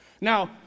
Now